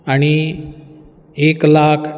आनी एक लाख